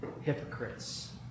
hypocrites